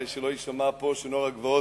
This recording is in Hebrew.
שלא יישמע פה שנוער הגבעות,